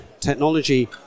technology